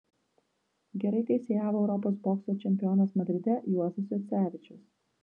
gerai teisėjavo europos bokso čempionas madride juozas juocevičius